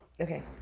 Okay